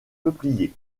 peupliers